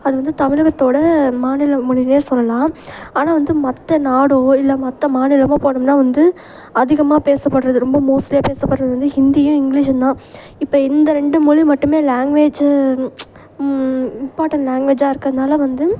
அது வந்து தமிழகத்தோட மாநில மொழினே சொல்லலாம் ஆனால் வந்து மற்ற நாடோ இல்லை மற்ற மாநிலமோ போனோம்ன்னால் வந்து அதிகமாக பேசப்படுறது ரொம்ப மோஸ்ட்லியாக பேசப்படுறது வந்து ஹிந்தியும் இங்கிலீஷும்தான் இப்போ இந்த ரெண்டு மொழி மட்டுமே லாங்குவேஜி இம்பார்ட்டென் லாங்குவேஜ்ஜாக இருக்கிறதுனால வந்து